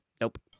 Nope